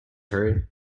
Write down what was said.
hurry